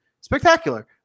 spectacular